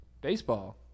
Baseball